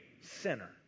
sinner